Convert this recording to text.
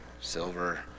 silver